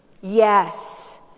Yes